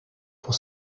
pour